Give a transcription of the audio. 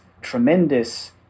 tremendous